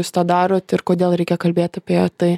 jūs tą darot ir kodėl reikia kalbėt apie tai